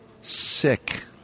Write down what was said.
sick